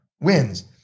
wins